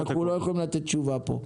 אנחנו לא יכולים לתת תשובה פה.